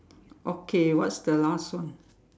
okay what's the last one